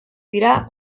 dira